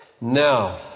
Now